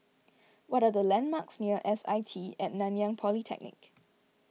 what are the landmarks near S I T at Nanyang Polytechnic